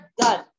done